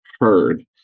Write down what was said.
Heard